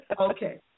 Okay